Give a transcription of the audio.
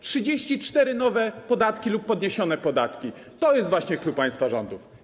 34 nowe podatki lub podniesione podatki - to jest właśnie clou państwa rządów.